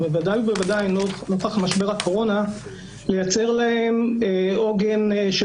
ובוודאי ובוודאי נוכח משבר הקורונה לייצר להם עוגן של